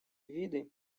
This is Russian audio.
виды